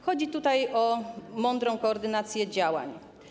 Chodzi tutaj o mądrą koordynację działań.